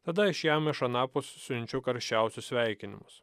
tada aš jam iš anapus siunčiu karščiausius sveikinimus